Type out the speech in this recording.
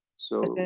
so?